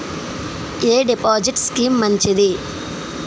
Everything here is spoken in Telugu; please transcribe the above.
ఎ డిపాజిట్ స్కీం మంచిది?